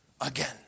again